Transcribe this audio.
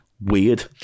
weird